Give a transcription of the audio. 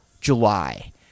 July